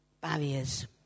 barriers